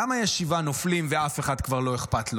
למה יש שבעה נופלים ולאף אחד כבר לא אכפת?